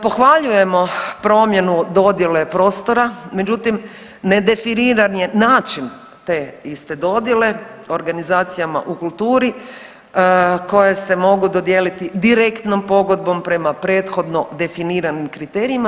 Pohvaljujemo promjenu dodjele prostora, međutim nedefiniran je način te iste dodjele organizacijama u kulturi koje se mogu dodijeliti direktnom pogodbom prema prethodno definiranim kriterijima.